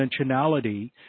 dimensionality